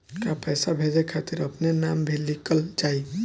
का पैसा भेजे खातिर अपने नाम भी लिकल जाइ?